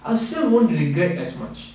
I still won't regret as much